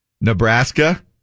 Nebraska